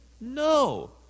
No